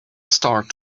start